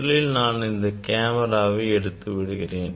முதலில் நான் இந்த கேமராவை எடுத்து விடுகிறேன்